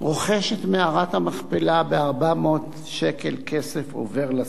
רוכש את מערת המכפלה ב-400 שקל כסף עובר לסוחר.